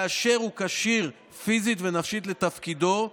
כאשר הוא כשיר פיזית ונפשית לתפקידו,